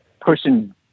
pushing